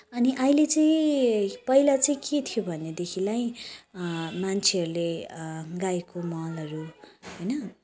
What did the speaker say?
अनि अहिले चाहिँ पहिला चाहिँ के थियो भनेदेखिलाई मान्छेहरूले गाईको मलहरू होइन